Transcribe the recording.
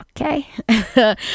Okay